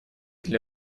для